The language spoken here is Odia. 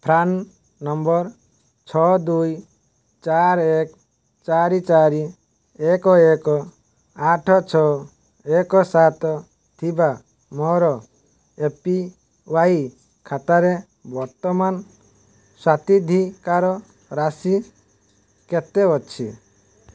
ପ୍ରାନ୍ ନମ୍ବର ଛଅ ଦୁଇ ଚାରି ଏକ ଚାରି ଚାରି ଏକ ଏକ ଆଠ ଛଅ ଏକ ସାତ ଥିବା ମୋର ଏ ପି ୱାଇ ଖାତାରେ ବର୍ତ୍ତମାନ ସ୍ଵାତିଧିକାର ରାଶି କେତେ ଅଛି